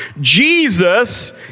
Jesus